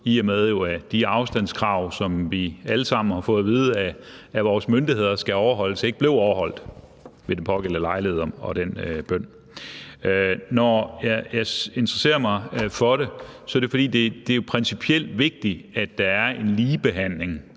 i og med at de afstandskrav, som vi alle sammen har fået at vide af vores myndigheder skal overholdes, jo ikke blev overholdt ved den pågældende lejlighed, altså ved den bøn. Når jeg interesserer mig for det, er det, fordi det er principielt vigtigt, at der er en ligebehandling